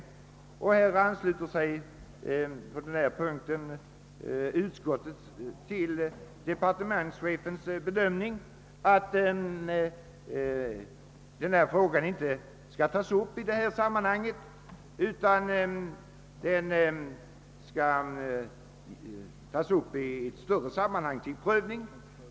På denna punkt ansluter sig utskottet till departemenschefens bedömning att frågan inte skall tas upp till prövning nu utan i ett annat, större sammanhang.